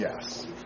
yes